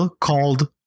called